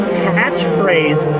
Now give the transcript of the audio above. catchphrase